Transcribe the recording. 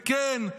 וכן,